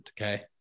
Okay